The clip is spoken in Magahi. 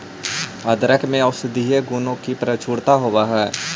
अदरक में औषधीय गुणों की प्रचुरता होवअ हई